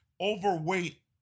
overweight